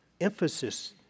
emphasis